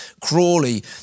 Crawley